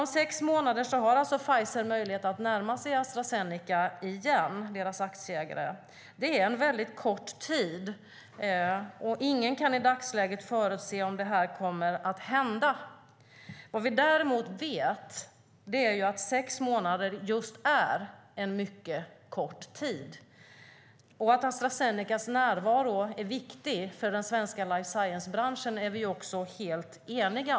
Om sex månader har Pfizer alltså möjlighet att närma sig Astra Zenecas aktieägare igen. Det är en kort tid, och ingen kan i dagsläget förutse om det kommer att hända. Vad vi däremot vet är att sex månader är just en mycket kort tid. Vi är också helt eniga om att Astra Zenecas närvaro i Sverige är viktig för den svenska life science-branschen.